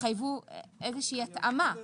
יחייבו איזושהי התאמה.